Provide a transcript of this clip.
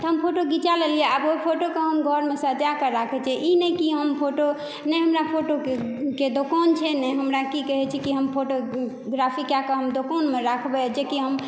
तऽ हम फोटो घिचा लेलिए आब ओहि फोटोके हम घरमे सजाके राखै छियै ई नहि कि हम फोटो नहि हमरा फोटोके दोकान छै नहि हमरा की कहै छै कि हम फोटोग्राफी कएके हम दोकानमे राखबै जे कि हम